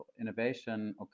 innovation